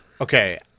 Okay